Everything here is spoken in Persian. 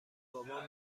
بابام